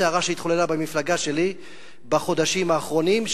הסערה שהתחוללה במפלגה שלי בחודשים האחרונים,